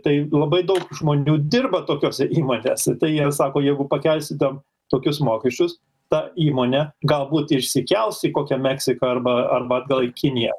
tai labai daug žmonių dirba tokiose įmonėse tai jie sako jeigu pakelsite tokius mokesčius ta įmonė galbūt išsikels į kokią meksiką arba arba atgal į kiniją